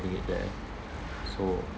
having it there so